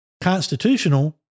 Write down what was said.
constitutional